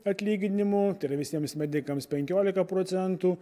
atlyginimu tai yra visiems medikams penkiolika procentų